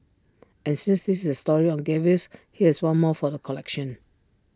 and since this is A story on gaffes here's one more for the collection